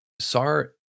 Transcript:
SAR